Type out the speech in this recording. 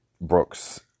Brooks